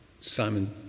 Simon